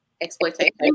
Exploitation